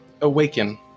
awaken